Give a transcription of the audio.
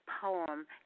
poem